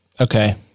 Okay